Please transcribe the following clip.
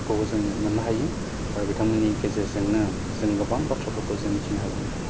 फोरखौ जों मोन्नो हायो आरो बिथांमोननि गेजेरजोंनो जों गोबां बाथ्राफोरखौ जों मिथिनो हायो